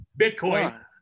Bitcoin